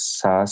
sa